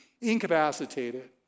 incapacitated